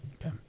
Okay